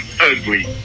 ugly